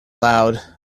loud